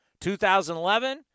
2011